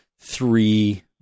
three